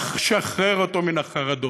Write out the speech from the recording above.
לשחרר אותו מן החרדות.